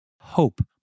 hope